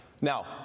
Now